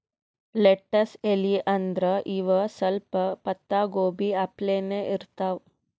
lettuce ಎಲಿ ಅಂದ್ರ ಇವ್ ಸ್ವಲ್ಪ್ ಪತ್ತಾಗೋಬಿ ಅಪ್ಲೆನೇ ಇರ್ತವ್